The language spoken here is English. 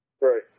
Right